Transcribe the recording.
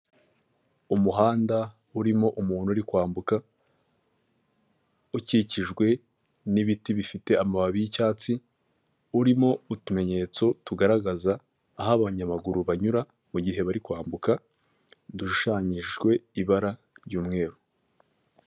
Umuhanda urimo umuntu uri kwambuka, ukikijwe n'ibiti bifite amababi y'icyatsi, urimo utumenyetso tugaragaza aho abanyamaguru banyura mu gihe bari kwambuka, dushushanyishijwe ibara ry'umweru.